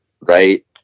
right